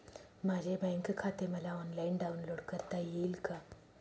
माझे बँक खाते मला ऑनलाईन डाउनलोड करता येईल का?